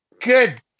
Good